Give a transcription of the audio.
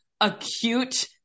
acute